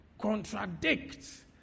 contradicts